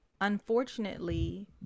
unfortunately